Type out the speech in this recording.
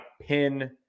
pin